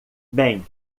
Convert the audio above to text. bem